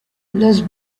los